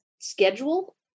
schedule